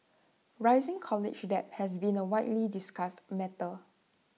rising college debt has been A widely discussed matter